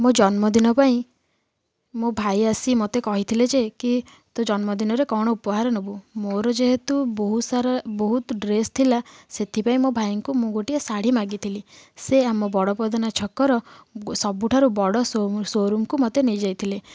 ମୋ ଜନ୍ମ ଦିନ ପାଇଁ ମୋ ଭାଇ ଆସି ମୋତେ କହିଥିଲେ ଯେ କି ତୁ ଜନ୍ମ ଦିନରେ କ'ଣ ଉପହାର ନବୁ ମୋର ଯେହେତୁ ବହୁତ ସାରା ବହୁତ ଡ୍ରେସ ଥିଲା ସେଥିପାଇଁ ମୋ ଭାଇଙ୍କୁ ମୁଁ ଗୋଟିଏ ଶାଢ଼ୀ ମାଗିଥିଲି ସେ ଆମ ବଡ଼ ପ୍ରଧାନ ଛକର ସବୁଠାରୁ ବଡ଼ ସୋ ସୋରୁମ କୁ ମୋତେ ନେଇଯାଇଥିଲେ